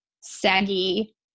saggy